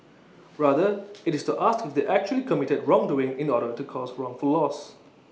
rather IT is to ask if they actually committed wrongdoing in order to cause wrongful loss